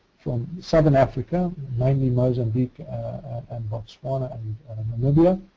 southern africa, mainly mozambique and botswana and namibia.